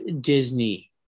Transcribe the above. Disney